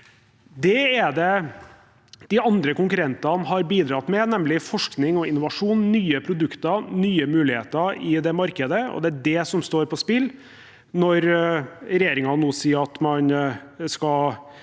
Det er det de andre konkurrentene har bidratt med, nemlig forskning, innovasjon, nye produkter og nye muligheter i markedet, og det er det som står på spill når regjeringen sier at en skal